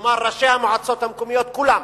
כלומר ראשי המועצות המקומיות כולם,